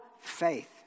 faith